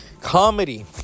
Comedy